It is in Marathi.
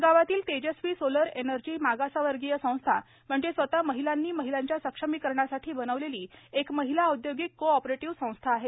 या गावातील तेजस्वी सोलर एनर्जी मागासवर्गीय संस्था म्हणजे स्वतः महिलांनी महिलांच्या सक्षमीकरणासाठी बनवलेली एक महिला औद्योगिक को ऑपरेटिव्ह संस्था आहे